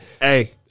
Hey